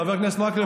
חבר הכנסת מקלב,